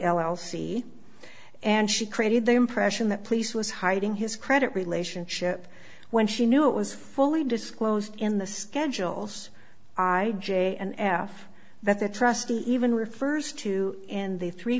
c and she created the impression that place was hiding his credit relationship when she knew it was fully disclosed in the schedules i j an f that the trustee even refers to in the three